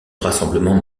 rassemblement